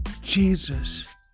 Jesus